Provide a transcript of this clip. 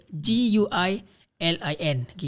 G-U-I-L-I-N